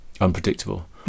unpredictable